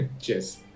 Cheers